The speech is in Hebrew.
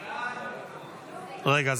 רגע,